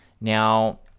now